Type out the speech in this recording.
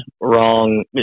wrong